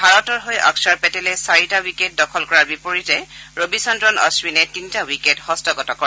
ভাৰতৰ হৈ অস্থৰ পেটেলে চাৰিটা উইকেট দখল কৰাৰ বিপৰীতে ৰবিচস্ৰন অথিনে তিনিটা টউইকেট হস্তগত কৰে